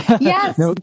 yes